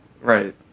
right